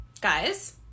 Guys